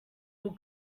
will